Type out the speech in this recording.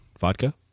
vodka